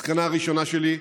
מסקנה ראשונה שלי,